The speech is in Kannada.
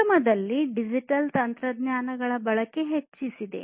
ಉದ್ಯಮದಲ್ಲಿ ಡಿಜಿಟಲ್ ತಂತ್ರಜ್ಞಾನಗಳ ಬಳಕೆ ಹೆಚ್ಚಾಗಿದೆ